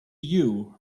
you